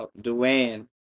duane